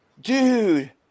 dude